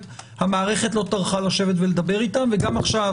המערכת לא טרחה לשבת ולדבר אתם וגם עכשיו